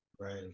Right